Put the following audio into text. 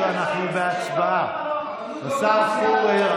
אם כך, נעבור להצבעה על החוק בקריאה השנייה.